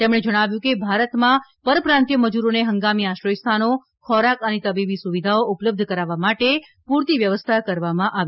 તેમણે જણાવ્યું કે ભારતમાં પર પ્રાંતિય મજૂરોને હંગામી આશ્રયસ્થાનો ખોરાક અને તબીબી સુવિધાઓ ઉપલબ્ધ કરાવવા માટે પૂરતી વ્યવસ્થા કરવામાં આવી હતી